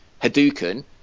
Hadouken